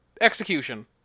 Execution